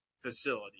facility